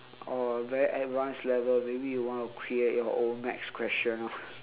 or very advanced level maybe you want to create your own maths question ah